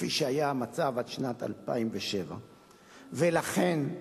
כפי שהיה המצב עד שנת 2007. לכן,